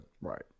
Right